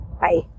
Bye